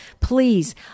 Please